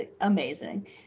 amazing